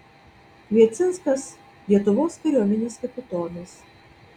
kviecinskas lietuvos kariuomenės kapitonas